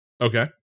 okay